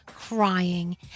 Crying